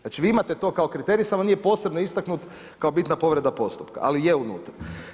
Znači vi imate to kao kriterij samo nije posebno istaknut kao bitna povreda postupka ali je unutra.